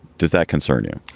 does that concern you?